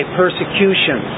persecution